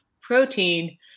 protein